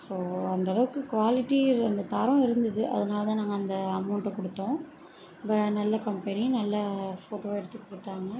so அந்தளவுக்கு quality அந்த தரம் இருந்தது அதனால தான் நாங்கள் அந்த அமௌண்டை கொடுத்தோம் நல்ல கம்பெனி நல்ல ஃபோட்டோ எடுத்து கொடுத்தாங்க